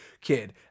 kid